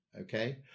okay